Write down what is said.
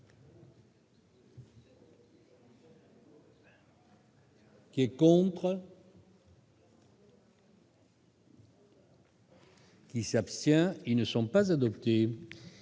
Qui est contre. Qui s'abstient, ils ne sont pas adoptées,